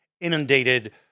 inundated